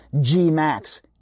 G-Max